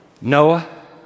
Noah